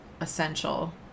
essential